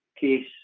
case